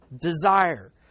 desire